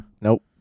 Nope